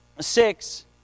six